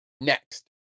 next